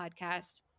podcast